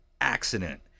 accident